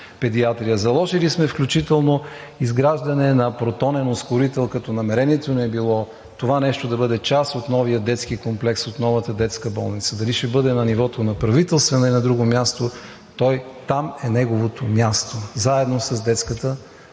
заложили сме, включително изграждане на протонен ускорител, като намерението ни е било това да бъде част от новия детски комплекс, от новата детска болница. Дали ще бъде на нивото на Правителствена, или на друго място, неговото място е там заедно с детската